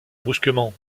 brusquement